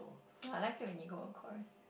no I like it when you go on chorus